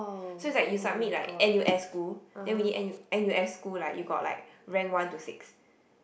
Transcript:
so it's like you submit like n_u_s school then within N n_u_s school like you got like rank one to six